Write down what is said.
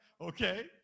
Okay